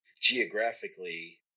geographically